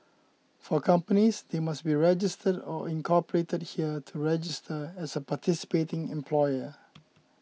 for companies they must be registered or incorporated here to register as a participating employer